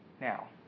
Now